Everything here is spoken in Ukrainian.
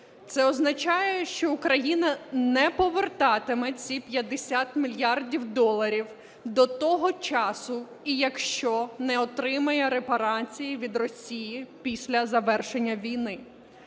Це означає, що Україна не повертатиме ці 50 мільярдів доларів до того часу і якщо не отримає репарації від Росії після завершення війни.